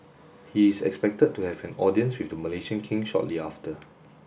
he is expected to have an audience with the Malaysian King shortly after